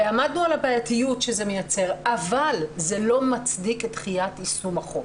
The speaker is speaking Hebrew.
ועמדנו על הבעייתיות שזה מייצר אבל זה לא מצדיק את דחיית יישום החוק.